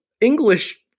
english